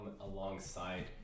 alongside